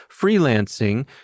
freelancing